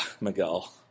Miguel